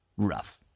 Rough